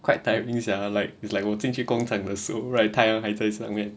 quite tiring sia like it's like 我进去工厂的时候 right 太阳还在上面